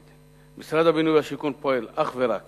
משרד הבינוי והשיכון פועל אך ורק